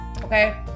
okay